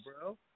bro